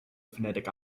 phonetic